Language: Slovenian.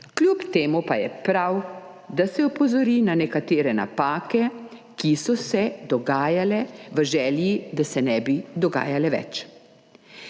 Kljub temu pa je prav, da se opozori na nekatere napake, ki so se dogajale v želji, da se ne bi dogajale več.